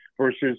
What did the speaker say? versus –